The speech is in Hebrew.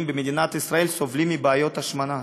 במדינת ישראל סובלים מבעיות השמנה.